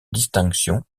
distinctions